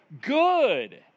good